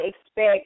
expect